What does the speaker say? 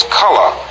color